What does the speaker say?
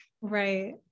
right